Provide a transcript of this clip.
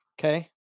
Okay